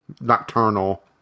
Nocturnal